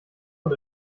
und